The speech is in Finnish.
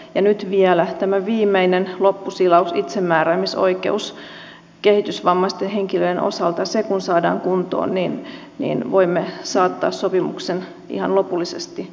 ja nyt kun vielä tämä viimeinen loppusilaus itsemääräämisoikeus kehitysvammaisten henkilöiden osalta saadaan kuntoon niin voimme saattaa sopimuksen ihan lopullisesti voimaan